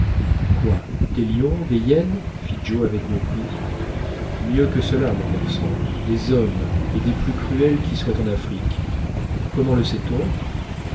des hyènes fit joe avec mépris mieux que cela mon garçon des hommes et des plus cruels qui soient en afrique comment le sait-on